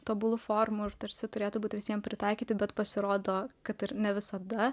tobulų formų ir tarsi turėtų būti visiems pritaikyti bet pasirodo kad ir ne visada